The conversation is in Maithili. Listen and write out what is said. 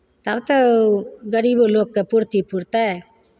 तब तऽ गरीबो लोगके पूर्ति पुरतै